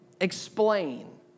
explain